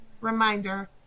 reminder